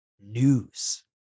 news